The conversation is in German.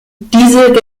diesel